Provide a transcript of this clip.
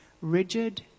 rigid